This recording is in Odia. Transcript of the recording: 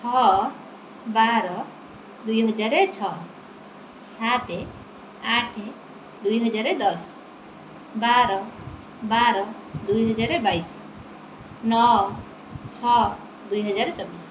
ଛଅ ବାର ଦୁଇହଜାର ଛଅ ସାତ ଆଠ ଦୁଇହଜାର ଦଶ ବାର ବାର ଦୁଇହଜାର ବାଇଶ ନଅ ଛଅ ଦୁଇହଜାର ଚବିଶ